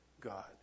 God